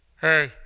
hey